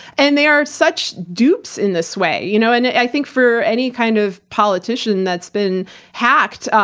and they are such dupes in this way. you know and i think, for any kind of politician that's been hacked,